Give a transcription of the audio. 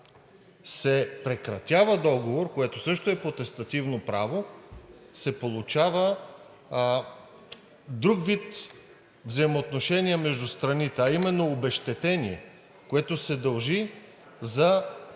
се прекратява договор, което също е потестативно право, се получава друг вид взаимоотношение между страните, а именно обезщетение, което се дължи за